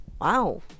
Wow